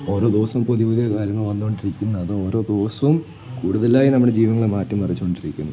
ഓരോ ദിവസം പുതിയ പുതിയ കാര്യങ്ങൾ വന്നുകൊണ്ടിരിക്കുന്നത് അത് ഓരോ ദിവസവും കൂടുതലായി നമ്മളെ ജീവിതങ്ങളെ മാറ്റി മറിച്ചുകൊണ്ടിരിക്കുന്നു